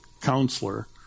counselor